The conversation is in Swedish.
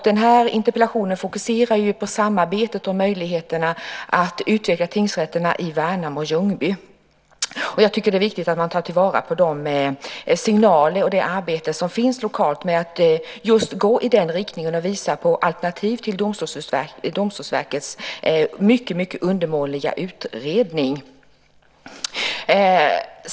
Den här interpellationen fokuserar ju på samarbetet och möjligheterna att utveckla tingsrätterna i Värnamo och Ljungby. Jag tycker att det är viktigt att man tar vara på de signaler och det arbete som finns lokalt med att gå i den riktningen och visa på alternativ till Domstolsverkets mycket undermåliga utredning.